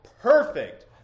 perfect